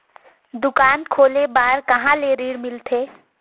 दुकान खोले बार कहा ले ऋण मिलथे?